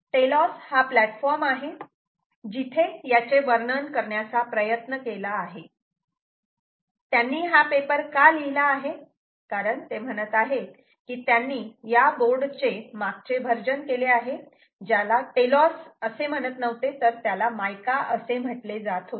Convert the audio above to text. telos हा platform आहे जिथे याचे वर्णन करण्याचा प्रयत्न केला आहे त्यांनी हा पेपर का लिहिला आहे कारण ते म्हणत आहेत की त्यांनी या बोर्ड चे मागचे वर्जन केले आहे ज्याला टेलोस म्हणत नव्हते तर त्याला मायका असे म्हटले जात होते